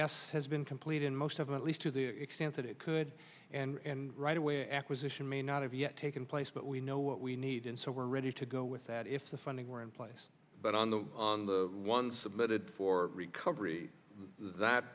us has been complete in most of them at least to the extent that it could and right away acquisition may not have yet taken place but we know what we need and so we're ready to go with that if the funding were in place but on the on the one submitted for recovery that